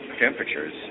temperatures